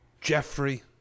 Jeffrey